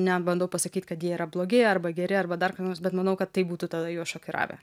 nebandau pasakyt kad jie yra blogi arba geri arba dar ką nors bet manau kad tai būtų tada juos šokiravę